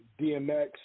DMX